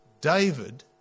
David